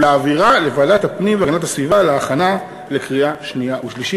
ולהעבירה לוועדת הפנים והגנת הסביבה להכנתה לקריאה שנייה ושלישית.